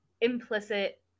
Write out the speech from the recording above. implicit